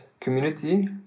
community